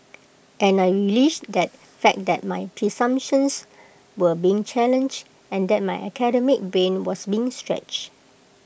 and I relished that fact that my presumptions were being challenged and that my academic brain was being stretched